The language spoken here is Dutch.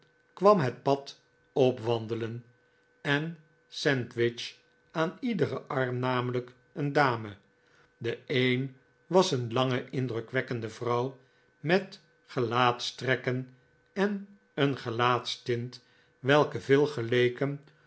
kwam het pad opwandelen en sandwich aan iederen arm namelijk een dame de een was een lange indrukwekkende vrouw met gelaatstrekken en een gelaatstint welke veel geleken